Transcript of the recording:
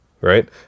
right